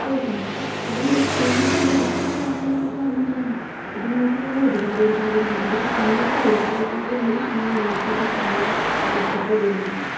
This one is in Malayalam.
അതൊക്കെയാണ് അപ്പോൾ അതും ഒരു തൊഴിലായിട്ട് ഈ അടുത്ത അടുത്ത കാലങ്ങളിലായിട്ട് വന്നിട്ടുള്ളതാണ് ഇപ്പോൾ നോക്കിക്കഴിഞ്ഞാൽ ഒരുപാട് ഒരുപാട് ഒരുപാട് ഇതിപ്പോൾ കണ്ടിട്ട് ഒരുപാട് ഒരുപാട് പേര് ഈ യൂട്യൂബ് ചാനല് എടുത്തിട്ട് വരുന്നുണ്ട്